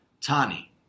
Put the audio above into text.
Tani